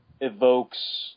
evokes